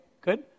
good